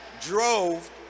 drove